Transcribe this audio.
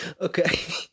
Okay